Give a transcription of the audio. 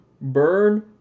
Burn